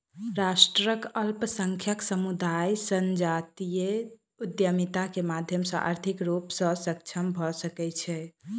राष्ट्रक अल्पसंख्यक समुदाय संजातीय उद्यमिता के माध्यम सॅ आर्थिक रूप सॅ सक्षम भ सकै छै